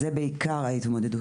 זה בעיקר ההתמודדות.